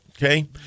Okay